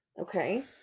Okay